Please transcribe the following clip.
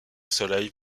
soleil